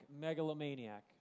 megalomaniac